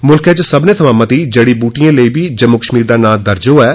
मुल्खे च सब्मने थमां मती जड़ी बूटियें लेई बी जम्मू कश्मीर दा नां दर्ज होआ ऐ